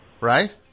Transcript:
Right